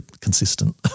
Consistent